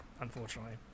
unfortunately